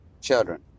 children